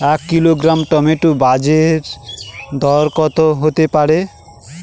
এক kilogram tomato বাজের দরকত হতে পারে?